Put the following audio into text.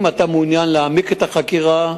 אם אתה מעוניין להעמיק את החקירה,